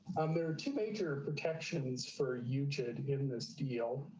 um, there are two major protections for youtube in this deal